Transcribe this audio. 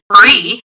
free